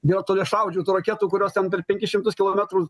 jo toliašaudžių raketų kurios jam per penkis šimtus kilometrų